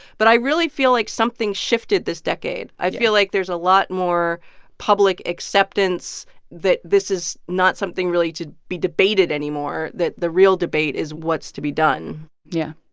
but i really feel like something shifted this decade. i feel like there's a lot more public acceptance that this is not something really to be debated anymore. that the real debate is what's to be done yeah.